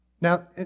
Now